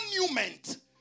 monument